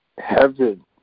Heaven